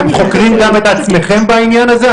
--- אתם חוקרים גם את עצמכם בעניין הזה?